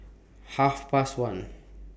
Half Past one